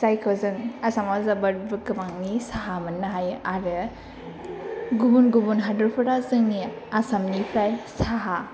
जायखौ जों आसामाव जोबोद गोबांनि साहा मोन्नो हायो आरो गुबुन गुबुन हादोरफोरा जोंनि आसामनिफ्राइ साहा